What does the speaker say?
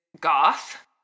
goth